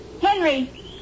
Henry